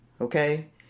Okay